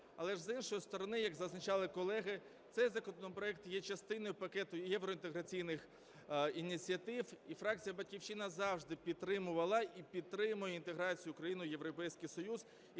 Але, з іншої сторони, як зазначали колеги, цей законопроект є частиною пакету євроінтеграційних ініціатив, і фракція "Батьківщина" завжди підтримувала і підтримує інтеграцію України в Європейський Союз.